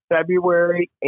February